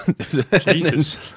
Jesus